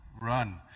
run